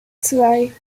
zwei